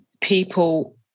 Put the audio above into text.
people